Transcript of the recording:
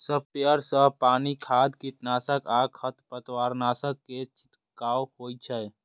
sprayer सं पानि, खाद, कीटनाशक आ खरपतवारनाशक के छिड़काव होइ छै